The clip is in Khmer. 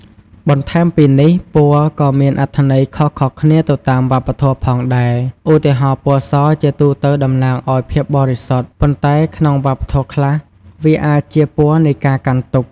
បន្ថែមពីនេះ ពណ៌ក៏មានអត្ថន័យខុសៗគ្នាទៅតាមវប្បធម៌ផងដែរ ឧទាហរណ៍ ពណ៌សជាទូទៅតំណាងឲ្យភាពបរិសុទ្ធ ប៉ុន្តែក្នុងវប្បធម៌ខ្លះវាអាចជាពណ៌នៃការកាន់ទុក្ខ។